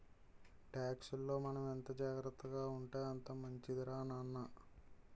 టాక్సుల్లో మనం ఎంత జాగ్రత్తగా ఉంటే అంత మంచిదిరా నాన్న